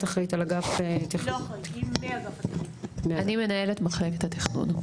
את אחראית על אגף -- אני מנהלת אגף התכנון.